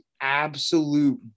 absolute